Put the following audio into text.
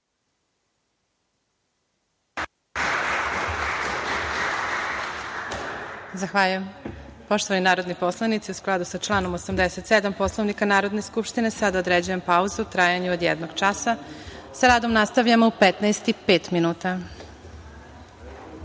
Zahvaljujem. Poštovani narodni poslanici, u skladu sa članom 87. Poslovnika Narodne skupštine, sada određujem pauzu u trajanju od jednog časa i sa radom nastavljamo u 15 časova